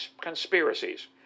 conspiracies